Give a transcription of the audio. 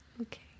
Okay